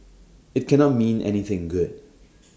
IT cannot mean anything good